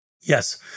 Yes